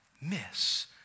miss